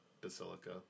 Basilica